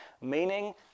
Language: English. Meaning